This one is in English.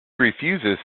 refuses